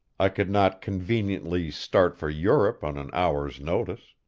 i could not conveniently start for europe on an hour's notice.